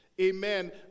Amen